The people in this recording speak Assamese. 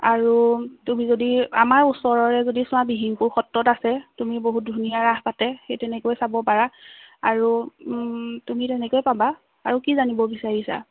আৰু তুমি যদি আমাৰ ওচৰৰে যদি চোৱা দিহিংপুৰ সত্ৰত আছে তুমি বহুত ধুনীয়া ৰাস পাতে সেই তেনেকৈ চাবা পাৰা আৰু তুমি তেনেকৈ পাবা আৰু কি জানিব বিচাৰিছা